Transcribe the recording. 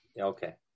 Okay